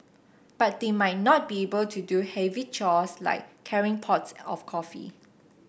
but they might not be able to do heavy chores like carrying pots of coffee